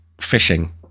fishing